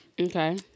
Okay